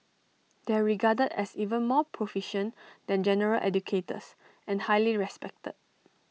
they are regarded as even more proficient than general educators and highly respected